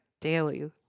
daily